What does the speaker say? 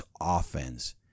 offense